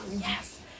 yes